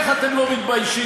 איך אתם לא מתביישים?